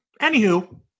Anywho-